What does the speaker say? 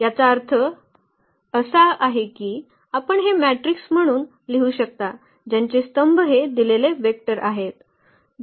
याचा अर्थ असा आहे की आपण हे मॅट्रिक्स म्हणून लिहू शकता ज्यांचे स्तंभ हे दिलेले वेक्टर आहेत